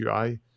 UI